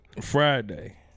Friday